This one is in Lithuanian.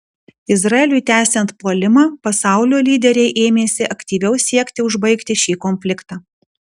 izraeliui tęsiant puolimą pasaulio lyderiai ėmėsi aktyviau siekti užbaigti šį konfliktą